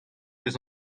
eus